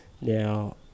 now